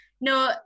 no